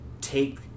take